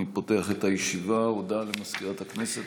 ירושלים,